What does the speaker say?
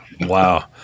Wow